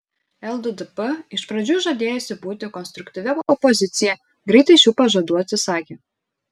lddp iš pradžių žadėjusi būti konstruktyvia opozicija greitai šių pažadų atsisakė